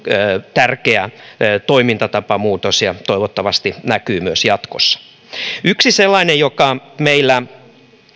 tärkeä toimintatapamuutos ja toivottavasti näkyy myös jatkossa yksi sellainen joka meillä